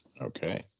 Okay